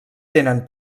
tenen